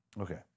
Okay